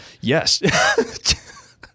yes